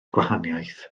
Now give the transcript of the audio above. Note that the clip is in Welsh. gwahaniaeth